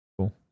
Cool